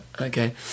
Okay